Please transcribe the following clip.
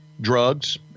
drugs